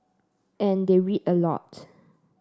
and they read a lot